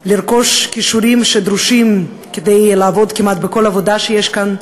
לרכוש את הכישורים הדרושים כדי לעבוד כמעט בכל עבודה שיש כאן,